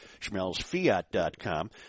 SchmelzFiat.com